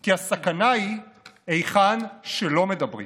כי הסכנה היא היכן שלא מדברים.